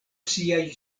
siaj